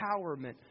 empowerment